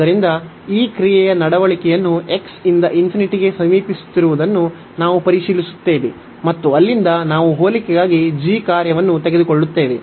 ಆದ್ದರಿಂದ ಈ ಕ್ರಿಯೆಯ ನಡವಳಿಕೆಯನ್ನು x ಇಂದ ಗೆ ಸಮೀಪಿಸುತ್ತಿರುವುದನ್ನು ನಾವು ಪರಿಶೀಲಿಸುತ್ತೇವೆ ಮತ್ತು ಅಲ್ಲಿಂದ ನಾವು ಹೋಲಿಕೆಗಾಗಿ g ಕಾರ್ಯವನ್ನು ತೆಗೆದುಕೊಳ್ಳುತ್ತೇವೆ